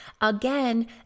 again